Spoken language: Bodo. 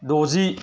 द'जि